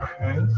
Okay